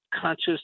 conscious